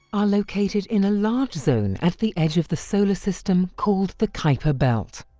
are located in a large zone at the edge of the solar system called the kuiper belt.